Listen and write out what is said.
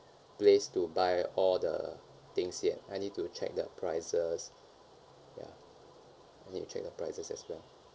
place to buy all the things yet I need to check the prices ya I need to check the prices as well